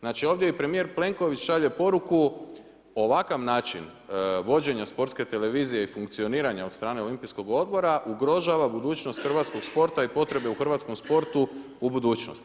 Znači ovdje i premjer Plenković šalje poruku ovakav način, vođenja Sportske televizije i funkcioniranje od strane Olimpijskog odbora, ugrožava budućnost hrvatskog sporta i potrebe u hrvatskom sportu u budućnosti.